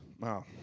wow